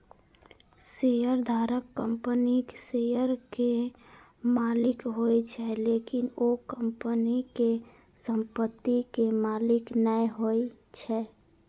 शेयरधारक कंपनीक शेयर के मालिक होइ छै, लेकिन ओ कंपनी के संपत्ति के मालिक नै होइ छै